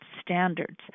standards